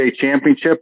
Championship